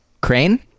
Crane